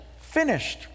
finished